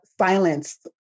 silenced